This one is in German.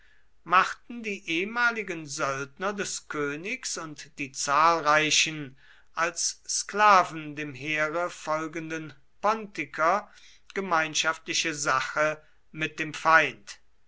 machten die ehemaligen söldner des königs und die zahlreichen als sklaven dem heere folgenden pontiker gemeinschaftliche sache mit dem feind